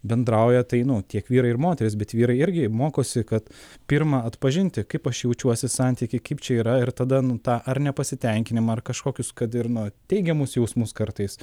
bendrauja tai nu tiek vyrai ir moterys bet vyrai irgi mokosi kad pirma atpažinti kaip aš jaučiuosi santykį kaip čia yra ir tada nu tą ar nepasitenkinimą ar kažkokius kad ir na teigiamus jausmus kartais